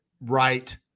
right